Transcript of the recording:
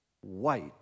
white